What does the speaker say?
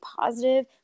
positive